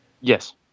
Yes